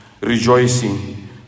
rejoicing